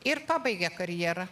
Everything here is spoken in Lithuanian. ir pabaigia karjerą